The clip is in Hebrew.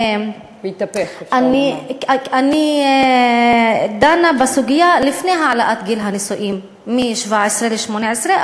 אני דנה בסוגיה לפני העלאת גיל הנישואין מ-17 ל-18,